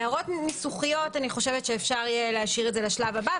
הערות ניסוחיות אפשר יהיה להשאיר לשלב הבא,